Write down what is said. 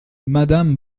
madame